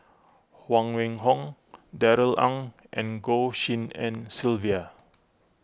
Huang Wenhong Darrell Ang and Goh Tshin En Sylvia